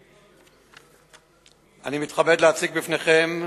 אני מתכבד להציג בפניכם,